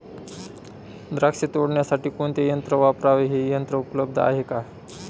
द्राक्ष तोडण्यासाठी कोणते यंत्र वापरावे? हे यंत्र उपलब्ध आहे का?